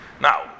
now